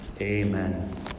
Amen